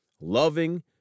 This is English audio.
loving